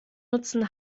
nutzen